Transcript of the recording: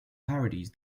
parodies